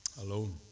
alone